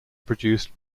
produced